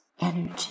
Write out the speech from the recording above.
energy